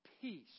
peace